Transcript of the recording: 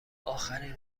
اخرین